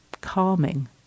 calming